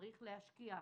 צריך להשקיע,